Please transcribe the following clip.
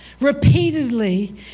repeatedly